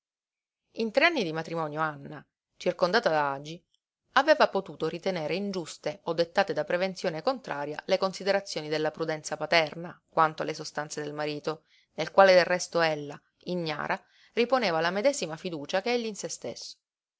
in tre anni di matrimonio anna circondata da agi aveva potuto ritenere ingiuste o dettate da prevenzione contraria le considerazioni della prudenza paterna quanto alle sostanze del marito nel quale del resto ella ignara riponeva la medesima fiducia che egli in se stesso